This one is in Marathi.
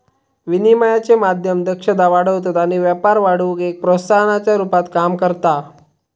विनिमयाचे माध्यम दक्षता वाढवतत आणि व्यापार वाढवुक एक प्रोत्साहनाच्या रुपात काम करता